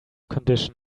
condition